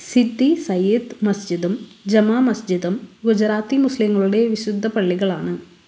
സിദ്ധി സയ്യീദ് മസ്ജിദും ജമാ മസ്ജിദും ഗുജറാത്തി മുസ്ലീങ്ങളുടെ വിശുദ്ധ പള്ളികളാണ്